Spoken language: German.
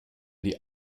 die